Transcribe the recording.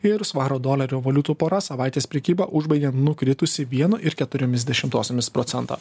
ir svaro dolerio valiutų pora savaitės prekybą užbaigė nukritusi vienu ir keturiomis dešimtosiomis procento